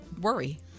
worry